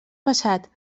passat